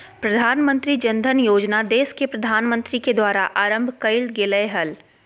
प्रधानमंत्री जन धन योजना देश के प्रधानमंत्री के द्वारा आरंभ कइल गेलय हल